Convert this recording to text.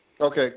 Okay